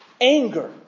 anger